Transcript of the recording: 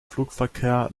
flugverkehr